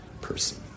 person